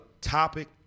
topic